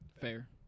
Fair